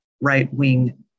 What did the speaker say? right-wing